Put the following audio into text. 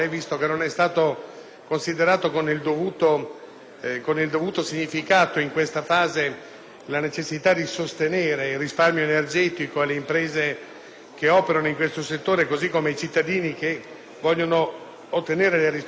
nel modo dovuto in questa fase la necessità di sostenere il risparmio energetico per le imprese che operano in questo settore, così come per i cittadini che vogliono ottenere un risparmio energetico. Potrebbe essere un'utile correzione di rotta,